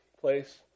place